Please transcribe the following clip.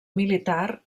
militar